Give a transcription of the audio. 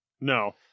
No